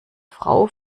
frau